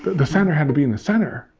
the center had to be in the center.